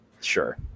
Sure